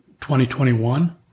2021